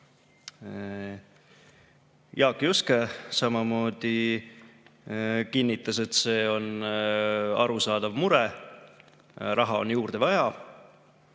Jaak Juske kinnitas, et see on arusaadav mure ja raha on juurde vaja,